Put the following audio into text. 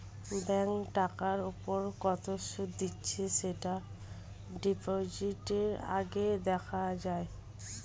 bank টাকার উপর কত সুদ দিচ্ছে সেটা ডিপোজিটের আগে দেখা যায়